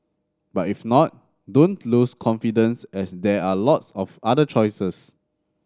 but if not don't lose confidence as there are lots of other choices